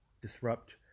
disrupt